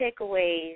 takeaways